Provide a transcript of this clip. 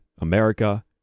America